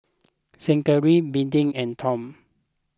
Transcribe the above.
Zackery Beadie and Tom